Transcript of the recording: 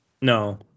No